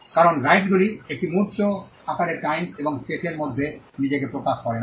কারণ রাইটস গুলি একটি মূর্ত আকারে টাইম এবং স্পেসের মধ্যে নিজেকে প্রকাশ করে না